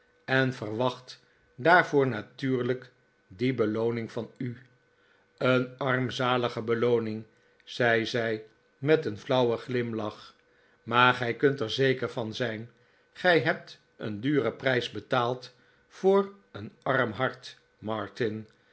en verwacht daarvoor natuurlijk die belooning van u een armzalige belooning zei zij met een flauwen glimlach maar gij kunt er zeker van zijn gij hebt een duren prijs betaald voor een arm hart martin